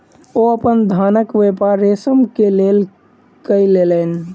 ओ अपन धानक व्यापार रेशम के लेल कय लेलैन